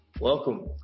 Welcome